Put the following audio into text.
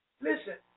Listen